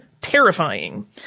terrifying